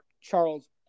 Charles